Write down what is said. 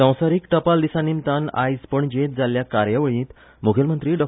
संवसारीक टपाल दिसा निमतान आज पणजेंत जाल्ले कार्यावळींत मुखेलमंत्री डॉ